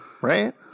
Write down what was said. Right